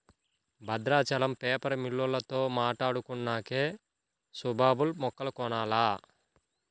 Bhadrachalam paper మిల్లోల్లతో మాట్టాడుకొన్నాక గానీ సుబాబుల్ మొక్కలు కొనాల